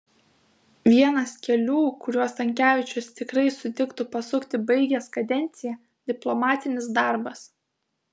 vienas kelių kuriuo stankevičius tikrai sutiktų pasukti baigęs kadenciją diplomatinis darbas